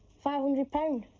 five hundred pound.